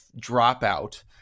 dropout